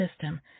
system